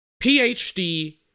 PhD